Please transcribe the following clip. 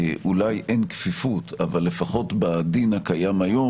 אולי אין כפיפות אבל לפחות בדין הקיים היום